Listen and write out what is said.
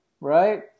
right